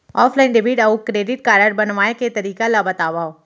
Offline debit अऊ credit card बनवाए के तरीका ल बतावव?